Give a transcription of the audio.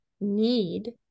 need